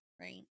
right